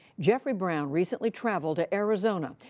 jeffrey brown recently traveled to arizona,